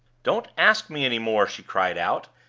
don't ask me any more! she cried out,